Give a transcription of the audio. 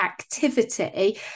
activity